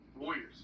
Warriors